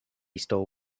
stole